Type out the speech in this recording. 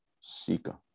seeker